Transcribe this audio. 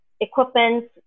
equipment